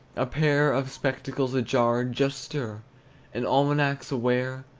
a pair of spectacles ajar just stir an almanac's aware.